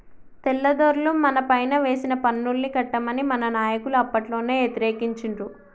తెల్లదొరలు మనపైన వేసిన పన్నుల్ని కట్టమని మన నాయకులు అప్పట్లోనే యతిరేకించిండ్రు